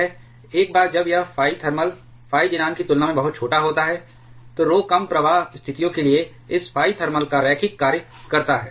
एक बार जब यह phi थर्मल phi ज़ीनान की तुलना में बहुत छोटा होता है तो rho कम प्रवाह स्थितियों के लिए इस phi थर्मल का रैखिक कार्य करता है